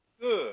Good